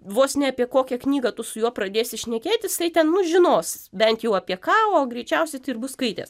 vos ne apie kokią knygą tu su juo pradėsi šnekėtis tai ten nu žinos bent jų apie ką o greičiausiai bus skaitęs